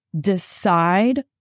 decide